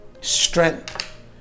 strength